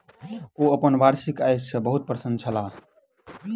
ओ अपन वार्षिक आय सॅ बहुत प्रसन्न छलाह